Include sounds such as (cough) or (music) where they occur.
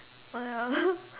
ah that one (laughs)